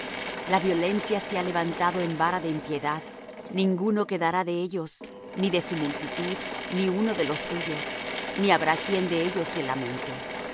la violencia se ha levantado en vara de impiedad ninguno quedará de ellos ni de su multitud ni uno de los suyos ni habrá quien de ellos se lamente